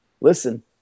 Listen